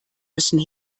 müssen